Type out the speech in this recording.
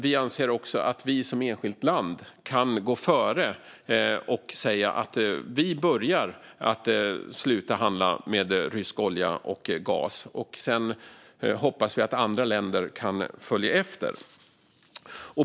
Vi anser också att Sverige som enskilt land kan gå före, börja att sluta handla med rysk olja och gas och sedan hoppas att andra länder kan följa efter.